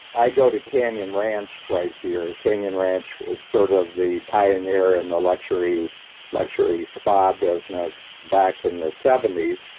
i go to canyon ranch twice a year. canyon ranch was sort of the pioneer in the luxury luxury spa business back in the seventy s,